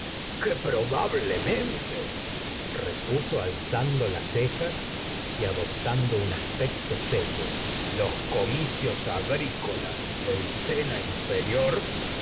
que problablemente repuso alzando las cejas y adoptando un aspecto serio los comicios agrícolas del sena inferior